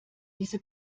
diese